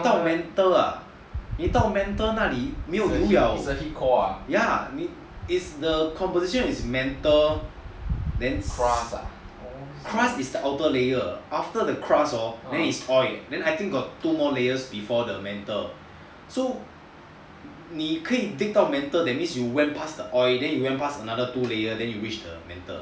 cause 你到 mantle ah 没有油了 ya it's the composition it's mantle then crust it's the outer layer after the crust hor then it's oil then I think got two more layers before the mantle so 你可以 dig 到 mantle that means you went past the oil then you went past another two layer then you reach the mantle